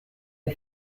the